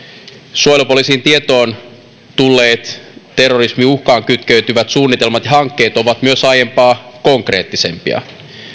suojelupoliisin tietoon tulleet terrorismin uhkaan kytkeytyvät suunnitelmat ja hankkeet ovat myös aiempaa konkreettisempia